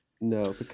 No